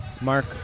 Mark